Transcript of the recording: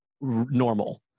normal